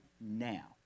now